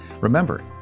Remember